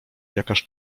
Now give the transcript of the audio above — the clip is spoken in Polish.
jakaż